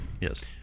yes